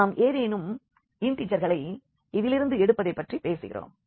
நாம் ஏதேனும் இண்டிஜர்களை இதிலிருந்து எடுப்பதைப் பற்றிப் பேசுகிறோம்